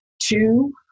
Two